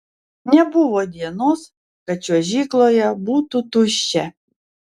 nebuvo dienos kad čiuožykloje būtų tuščia